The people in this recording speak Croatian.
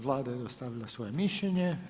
Vlada je dostavila svoje mišljenje.